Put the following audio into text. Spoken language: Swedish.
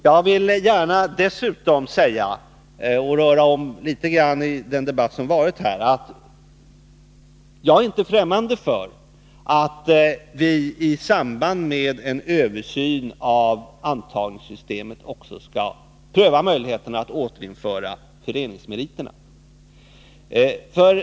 Jag vill dessutom gärna för att röra om litet i den debatt som varit här säga att jag inte är främmande för att vi i samband med en översyn av antagningssystemet också skall pröva möjligheten att återinföra föreningsmeriterna.